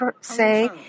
say